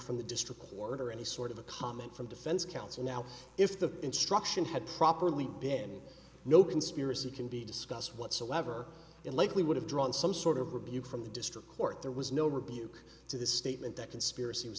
from the district court or any sort of a comment from defense counsel now if the instruction had properly been no conspiracy can be discussed whatsoever it likely would have drawn some sort of rebuke from the district court there was no rebuke to the statement that conspirac